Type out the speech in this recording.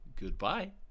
goodbye